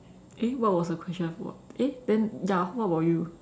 eh what was the question I forgot eh then ya what about you